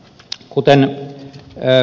kuten ed